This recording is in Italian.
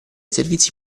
servizi